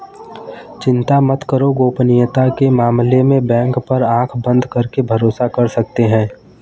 चिंता मत करो, गोपनीयता के मामले में बैंक पर आँख बंद करके भरोसा कर सकते हो